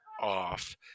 off